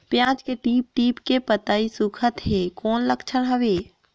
पियाज के टीप टीप के पतई सुखात हे कौन लक्षण हवे?